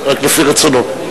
רק לפי רצונו.